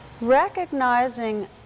Recognizing